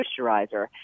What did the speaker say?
moisturizer